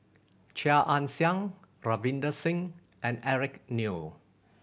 Chia Ann Siang Ravinder Singh and Eric Neo